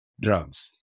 drugs